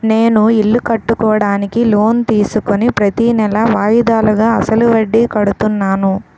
నేను ఇల్లు కట్టుకోడానికి లోన్ తీసుకుని ప్రతీనెలా వాయిదాలుగా అసలు వడ్డీ కడుతున్నాను